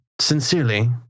Sincerely